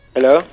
Hello